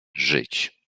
żyć